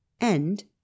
End